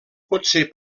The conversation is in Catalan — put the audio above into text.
potser